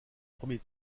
premier